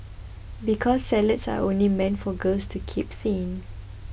because salads are only meant for girls to keep thin